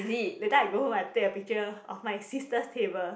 that time I go home I take a picture of my sister's table